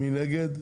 מי נגד?